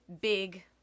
big